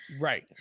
Right